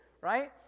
right